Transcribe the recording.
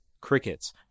Crickets